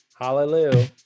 hallelujah